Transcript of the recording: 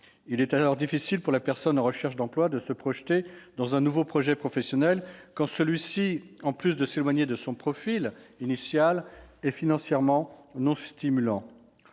Il est alors difficile pour la personne en recherche d'emploi de se projeter dans un nouveau projet professionnel quand celui-ci, en plus de l'éloigner de son profil initial, est financièrement non stimulant.